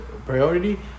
priority